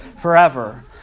forever